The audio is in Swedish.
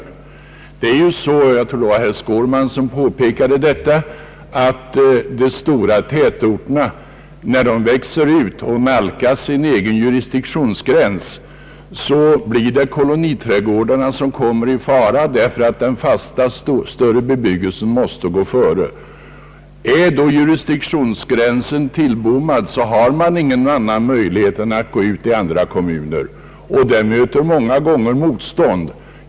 Det förhåller sig ju på det sättet — jag tror att det var herr Skårman som påpekade detta — att när de stora tätorterna växer ut och nalkas sin egen jurisdiktionsgräns blir det koloniträdgårdarna som kommer i fara, därför att den fasta större bebyggelsen måste gå före. Är då jurisdiktionsgränsen tillbommad finns det ingen annan möjlighet än att gå ut i andra kommuner, och där möter många gånger motstånd.